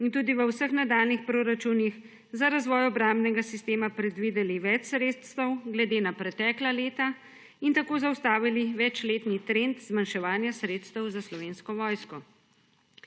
in tudi v vseh nadaljnjih proračunih za razvoj obrambnega sistema predvideli več sredstev glede na pretekla leta in tako zaustavili večletni trend zmanjševanja sredstev za Slovensko vojsko,